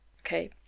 okay